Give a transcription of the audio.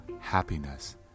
happiness